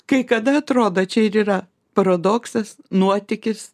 kai kada atrodo čia ir yra paradoksas nuotykis